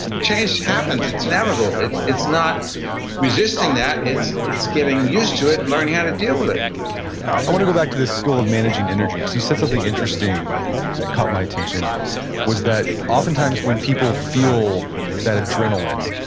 chance happens. it's inevitable. it's it's not resisting that, it's it's getting used to it and learning how to deal with it i want to go back to this skill of managing energy, because you said something interesting that caught my attention was that, oftentimes when people feel that adrenaline,